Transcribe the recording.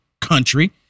country